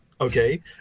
okay